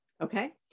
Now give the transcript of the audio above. Okay